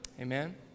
Amen